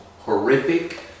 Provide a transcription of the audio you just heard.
horrific